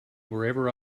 wherever